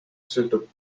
sõltub